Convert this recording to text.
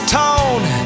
tone